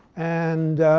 and